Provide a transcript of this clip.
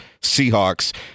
Seahawks